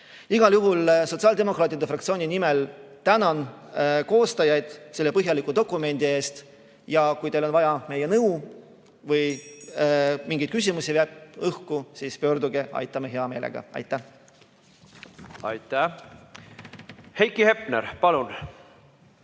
Igal juhul sotsiaaldemokraatide fraktsiooni nimel tänan koostajaid selle põhjaliku dokumendi eest. Kui teil on vaja meie nõu või mingeid küsimusi on jäänud õhku, siis pöörduge, aitame hea meelega. Aitäh! Heiki Hepner, palun!